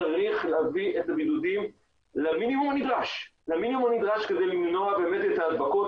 צריך להביא את הבידודים למינימום הנדרש כדי למנוע באמת את ההדבקות,